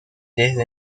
desde